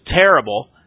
terrible